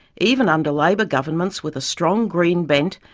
even under labor governments with a strong green bent,